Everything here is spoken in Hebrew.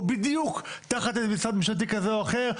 או בדיוק תחת משרד ממשלתי כזה או אחר,